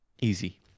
Easy